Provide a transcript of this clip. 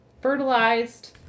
fertilized